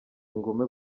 ingume